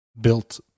built